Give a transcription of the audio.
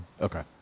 Okay